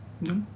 no